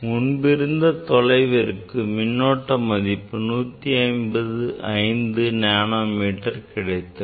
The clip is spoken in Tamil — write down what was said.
முன்பு இருந்த தொலைவிற்கு மின்னோட்டம் மதிப்பு 105 நானோ ஆம்பியர் கிடைத்தது